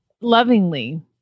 lovingly